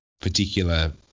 particular